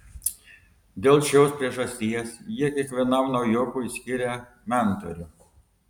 dėl šios priežasties jie kiekvienam naujokui skiria mentorių